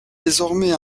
désormais